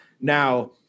now